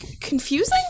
confusing